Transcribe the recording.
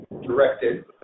directed